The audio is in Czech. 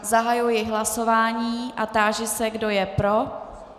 Zahajuji hlasování a táži se, kdo je pro.